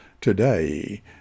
today